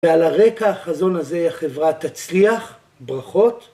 ועל הרקע החזון הזה החברה תצליח, ברכות.